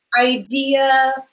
idea